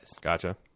Gotcha